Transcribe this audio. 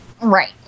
Right